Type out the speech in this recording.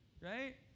right